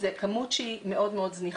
זה כמות שהיא מאוד מאוד זניחה.